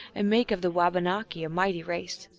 and make of the wabauaki a mighty race.